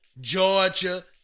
Georgia